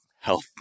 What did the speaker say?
health